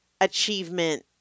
achievement